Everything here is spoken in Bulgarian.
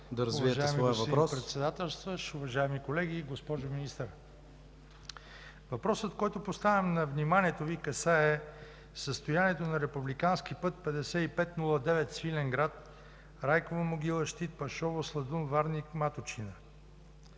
да развиете своя въпрос.